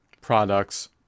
products